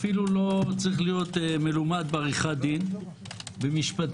אפילו לא צריך להיות מלומד בעריכת דין במשפטים,